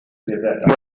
bueno